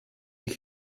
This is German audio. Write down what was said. ich